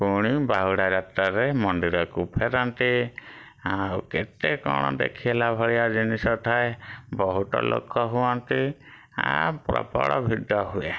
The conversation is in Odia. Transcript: ପୁଣି ବାହୁଡ଼ା ଯାତ୍ରାରେ ମନ୍ଦିରକୁ ଫେରନ୍ତି ଆଉ କେତେ କ'ଣ ଦେଖିଲା ଭଳିଆ ଜିନିଷ ଥାଏ ବହୁତ ଲୋକ ହୁଅନ୍ତି ଆ ପ୍ରବଳ ଭିଡ଼ ହୁଏ